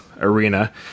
arena